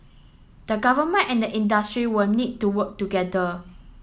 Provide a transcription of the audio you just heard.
the Government and the industry will need to work together